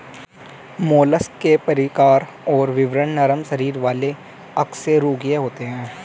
mollusc के प्रकार और विवरण नरम शरीर वाले अकशेरूकीय होते हैं